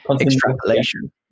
extrapolation